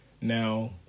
now